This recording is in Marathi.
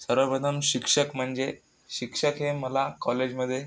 सर्वप्रथम शिक्षक म्हणजे शिक्षक हे मला कॉलेजमध्ये